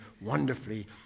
wonderfully